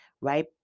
right